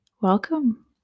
welcome